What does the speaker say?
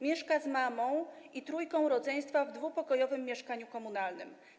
Mieszka z mamą i trójką rodzeństwa w 2-pokojowym mieszkaniu komunalnym.